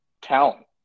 talent